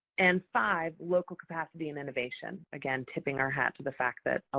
and five, local capacity and innovation. again, tipping our hat to the fact that, ah